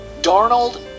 Darnold